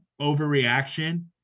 overreaction